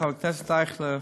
חבר הכנסת אייכלר,